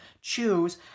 choose